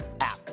app